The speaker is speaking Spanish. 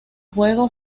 juego